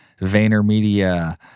VaynerMedia